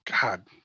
God